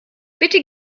bitte